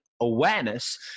awareness